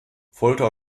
folter